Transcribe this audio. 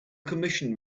commissioned